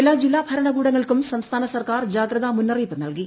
എല്ല ജില്ലാ ഭരണകൂടങ്ങൾക്കും സംസ്ഥാന സർക്കാർ ജാഗ്രത മുന്നറിയിപ്പ് നൽകി